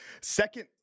Second